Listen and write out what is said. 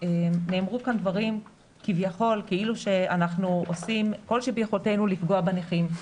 נאמרו כאן דברים כביכול כאילו שאנחנו עושים כל שביכולתנו לפגוע בנכים.